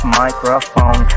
microphone